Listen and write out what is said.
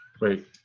Wait